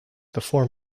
before